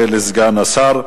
תודה לסגן השר.